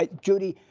ah judy,